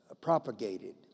propagated